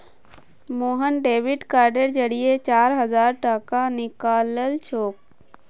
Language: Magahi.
मोहन डेबिट कार्डेर जरिए चार हजार टाका निकलालछोक